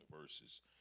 verses